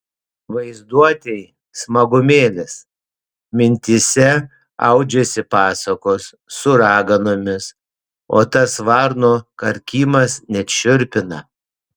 vaizduotei smagumėlis mintyse audžiasi pasakos su raganomis o tas varnų karkimas net šiurpina